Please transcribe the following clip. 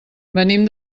venim